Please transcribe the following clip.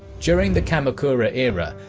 during the kamakura era,